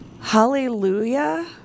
Hallelujah